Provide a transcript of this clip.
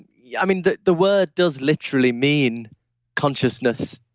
yeah i mean the the word does literally mean consciousness.